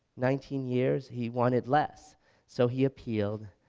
nineteen years he wanted less so he appealed,